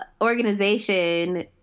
organization